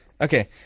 okay